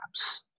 apps